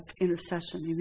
intercession